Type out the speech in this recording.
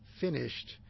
finished